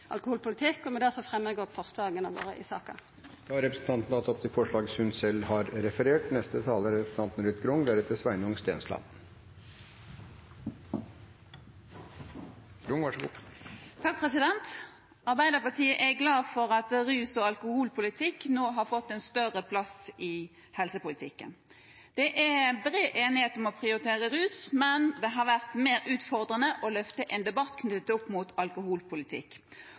alkoholpolitikk. Med det fremjar eg forslaga våre i saka. Representanten Kjersti Toppe har tatt opp de forslagene hun refererte til. Arbeiderpartiet er glad for at rus- og alkoholpolitikk nå har fått en større plass i helsepolitikken. Det er bred enighet om å prioritere rus, men det har vært mer utfordrende å løfte en debatt knyttet opp mot alkoholpolitikk,